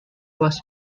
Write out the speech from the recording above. was